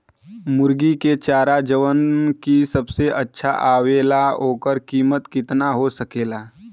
मुर्गी के चारा जवन की सबसे अच्छा आवेला ओकर कीमत केतना हो सकेला?